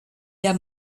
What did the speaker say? der